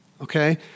okay